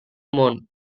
món